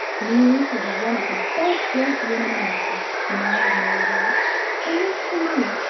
neelie shall be one of the best-dressed women in england when i have married her and this to me,